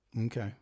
Okay